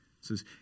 says